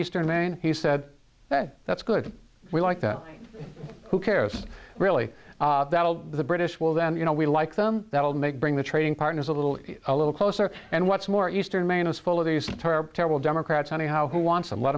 eastern man he said that's good we like that who cares really that all the british will then you know we like them that will make bring the trading partners a little a little closer and what's more eastern maine is full of these terrible terrible democrats anyhow who wants and let